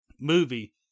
movie